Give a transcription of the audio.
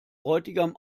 bräutigam